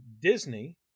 disney